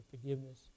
forgiveness